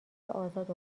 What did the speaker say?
ازاد